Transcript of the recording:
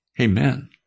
Amen